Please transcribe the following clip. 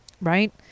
Right